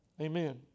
Amen